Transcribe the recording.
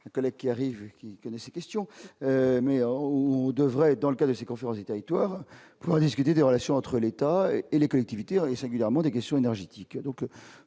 Colette qui arrivent et qui connaît ces questions au devrait dans lequel ces conférences du territoire on discuter des relations entre l'État et les collectivités, et singulièrement des questions énergétiques,